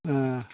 ओ